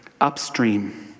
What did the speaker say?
upstream